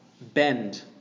bend